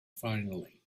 finally